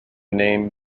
name